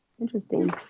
Interesting